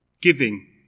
Giving